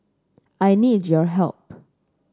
I need your help